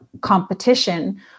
competition